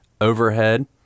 overhead